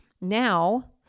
Now